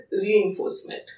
reinforcement